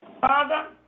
Father